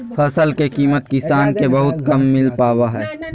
फसल के कीमत किसान के बहुत कम मिल पावा हइ